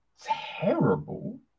terrible